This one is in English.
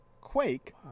quake